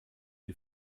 die